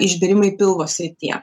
išbėrimai pilvo srityje